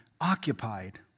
occupied